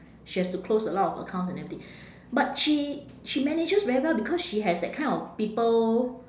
she has to close a lot of accounts and everything but she she manages very well because she has that kind of people